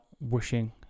wishing